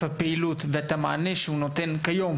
הפעילות ואת המענה שהוא נותן כיום,